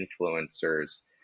influencers